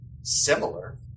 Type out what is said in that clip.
similar